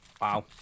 Wow